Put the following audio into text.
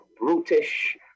brutish